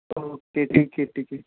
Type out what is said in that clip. okay ठीक आहे ठीक आहे